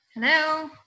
Hello